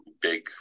big